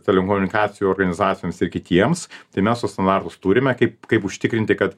telekomunikacijų organizacijoms ir kitiems tai mes tuos standartus turime kaip kaip užtikrinti kad